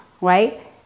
right